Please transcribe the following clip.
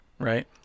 Right